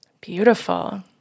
Beautiful